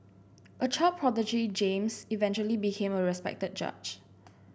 a child prodigy James eventually became a respected judge